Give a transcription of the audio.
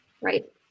right